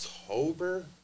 October